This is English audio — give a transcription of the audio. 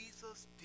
Jesus